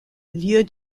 lieu